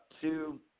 Two